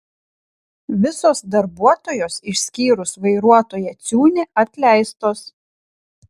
visos darbuotojos išskyrus vairuotoją ciūnį atleistos